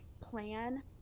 plan